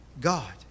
god